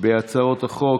בהצעות החוק.